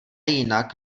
jinak